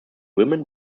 women